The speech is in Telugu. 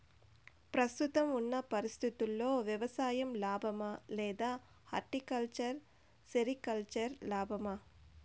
ప్రస్తుతం ఉన్న పరిస్థితుల్లో వ్యవసాయం లాభమా? లేదా హార్టికల్చర్, సెరికల్చర్ లాభమా?